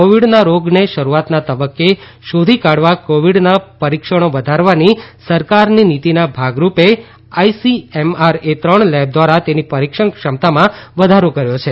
કોવીડના રોગને શરૂઆતના તબકકે શોધી કાઢવા કોવીડના પરીક્ષણો વધારવાની સરકારી નીતીના ભાગરૂપે આઇસીએમઆર એ ત્રણ લેબ ધ્વારા તેની પરીક્ષણ ક્ષમતામાં વધારો કર્યો છે